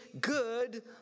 good